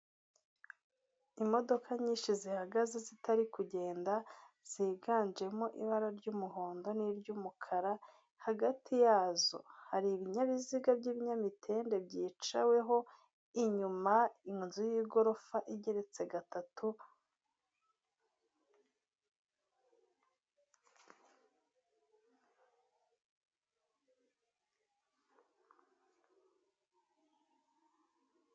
Imodoka nyinshi zihagaze zitari kugenda, ziganjemo ibara ry'umuhondo n'iry'umukara, hagati yazo hari ibinyabiziga by'ibinyamitende byicaweho, inyuma inzu y'igorofa igeretse gatatu...